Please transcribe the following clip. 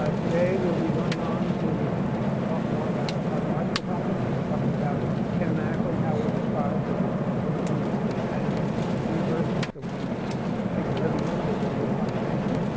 ah today we'll be going on to talk more about cosmological topics. we'll be talking about kinematically how one describes a homogeneously-expanding universe like the one that we think we're living to a very good approximation.